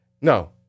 No